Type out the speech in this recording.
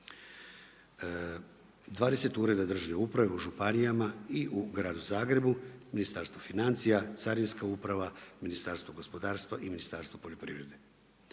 20 ureda državne uprave u županijama i u gradu Zagrebu, Ministarstvo financija, Carinska uprava, Ministarstvo gospodarstva i Ministarstvo poljoprivrede.